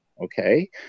Okay